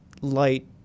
light